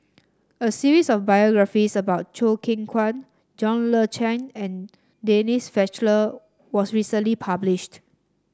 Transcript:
a series of biographies about Choo Keng Kwang John Le Cain and Denise Fletcher was recently published